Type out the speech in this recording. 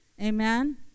amen